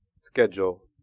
schedule